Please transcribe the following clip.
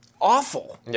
awful